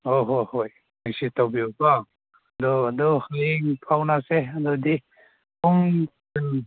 ꯑꯣ ꯍꯣ ꯍꯣꯏ ꯉꯁꯤ ꯇꯧꯕꯤꯌꯨ ꯀꯣ ꯑꯗꯨ ꯑꯗꯨ ꯍꯌꯦꯡ ꯐꯥꯎꯅꯁꯦ ꯑꯗꯨꯗꯤ ꯄꯨꯡ